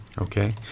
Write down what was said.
Okay